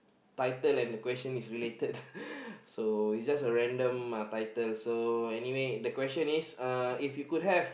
title and the question is related uh so is just a random uh title so anyway the question is uh if you could have